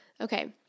Okay